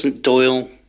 Doyle